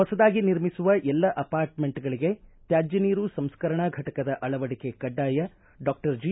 ಹೊಸದಾಗಿ ನಿರ್ಮಿಸುವ ಎಲ್ಲ ಅಪಾರ್ಟ್ಮೆಂಟ್ಗಳಿಗೆ ತ್ನಾಜ್ಯ ನೀರು ಸಂಸ್ಕರಣಾ ಘಟಕದ ಅಳವಡಿಕೆ ಕಡ್ಡಾಯ ಡಾಕ್ಟರ್ ಜಿ